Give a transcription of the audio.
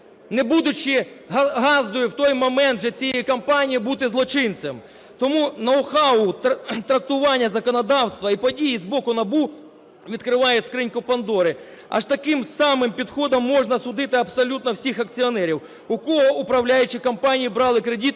не будучи ґаздою в той момент для цієї компанії, бути злочинцем. Тому ноу-хау трактування законодавства і події з боку НАБУ відкриває скриньку пандори. А ж таким самим підходом можна судити абсолютно всіх акціонерів, у кого управляючі компанії брали кредит